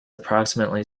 approximately